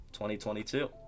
2022